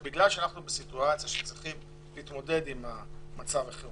בגלל שאנחנו בסיטואציה בה צריכים להתמודד עם מצב החירום,